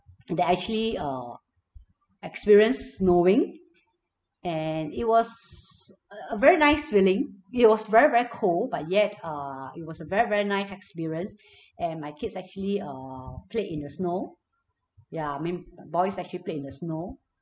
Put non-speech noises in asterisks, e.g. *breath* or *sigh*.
that I actually uh experience snowing and it was uh a very nice feeling it was very very cold but yet err it was a very very nice experience *breath* and my kids actually err played in the snow ya my boys actually played in the snow